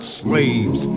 slaves